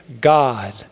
God